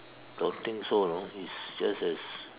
don't think so know it's just as